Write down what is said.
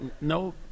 no